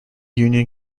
union